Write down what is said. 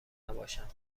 نباشم